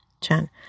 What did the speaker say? Chan